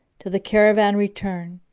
till the caravan return,